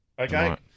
Okay